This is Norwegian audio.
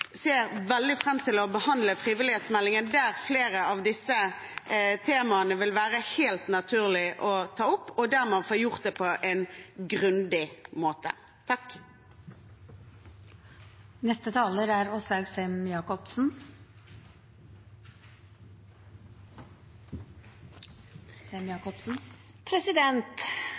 ser veldig fram til å behandle frivillighetsmeldingen, der flere av disse temaene vil være helt naturlig å ta opp, og der man får gjort det på en grundig måte. Ja, Senterpartiet er